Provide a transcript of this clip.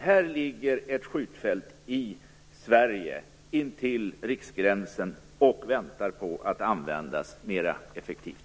Här ligger ett skjutfält i Sverige intill riksgränsen och väntar på att användas mera effektivt.